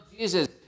Jesus